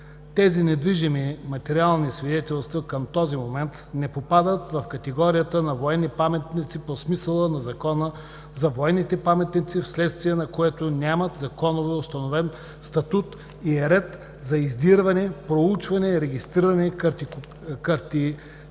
Тези недвижими материални свидетелства към този момент не попадат в категорията на военни паметници по смисъла на Закона за военните паметници, вследствие на което нямат законово установен статут и ред за издирване, проучване, регистриране,